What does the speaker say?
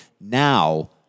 now